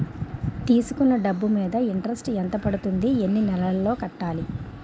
తీసుకున్న డబ్బు మీద ఇంట్రెస్ట్ ఎంత పడుతుంది? ఎన్ని నెలలో కట్టాలి?